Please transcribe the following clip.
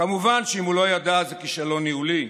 כמובן שאם הוא לא ידע, זה כישלון ניהולי.